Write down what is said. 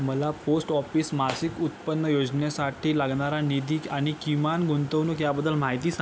मला post office मासिक उत्पन्न योजनेसाठी लागणारा निधी आणि किमान गुंतवणूक याबद्दल माहिती सांगा